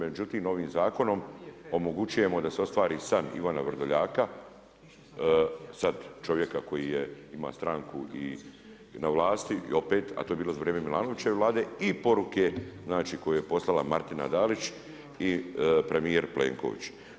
Međutim, ovim zakonom omogućujemo da se ostvari san Ivana Vrdoljaka, sada čovjeka koji je, ima stranku i na vlasti i opet a to je bilo za vrijeme Milanovićeve Vlade i poruke znači koju je poslala Martina Dalić i premijer Plenković.